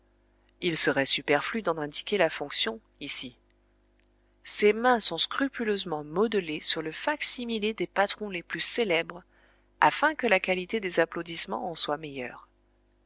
il serait superflu d'en indiquer la fonction ici ces mains sont scrupuleusement modelées sur le fac-similé des patrons les plus célèbres afin que la qualité des applaudissements en soit meilleure